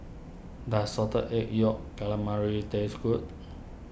does Salted Egg Yolk Calamari taste good